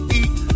eat